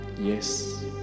Yes